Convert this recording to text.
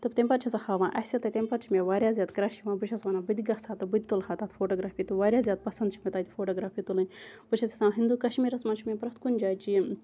تہٕ تمہِ پَتہٕ چھِ سۄ ہاوان اَسہِ تہٕ تمہِ پَتہٕ چھ مےٚ واریاہ زیاد کرش یِوان بہٕ چھَس وَنان بہٕ تہِ گَژھ ہا تہٕ بہٕ تہٕ تُلہٕ ہا فوٹوگرافی واریاہ زیاد پَسَنٛد چھِ مےٚ پَسَنٛد تَتہِ فوٹوگرافی تُلٕنۍ بہٕ چھَس یَژھان ہِندوٗ کَشمیٖرَس مَنٛز چھِ مےٚ پرٮ۪تھ کُنہِ جایہِ چہِ یہِ